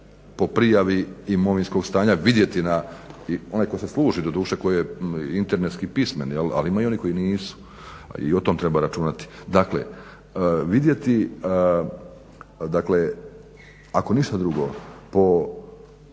po prijavi imovinskog stanja vidjeti, onaj tko se služi doduše, tko je internetski pismen, ali ima i onih koji nisu i o tom treba računati. Dakle vidjeti, dakle ako ništa drugo po